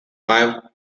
five